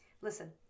listen